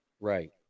Right